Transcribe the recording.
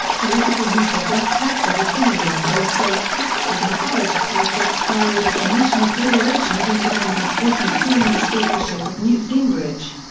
political use of death tax as a synonym for estate tax was encouraged by jack faris of the national federation of independent business during the speakership of newt gingrich.